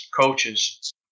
coaches